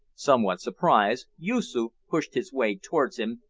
somewhat surprised, yoosoof pushed his way towards him,